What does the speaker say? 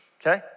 okay